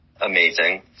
amazing